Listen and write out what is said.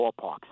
ballparks